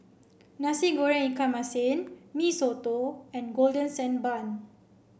Nasi Goreng Ikan Masin Mee Soto and Golden Sand Bun